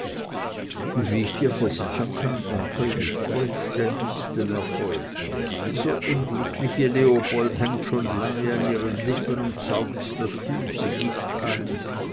und wie ich dir versichern kann onkel mit vollständigstem erfolg dieser unglückliche leopold hängt schon lange an ihren lippen und saugt das süße gift ein